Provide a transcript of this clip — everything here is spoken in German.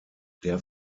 der